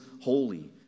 holy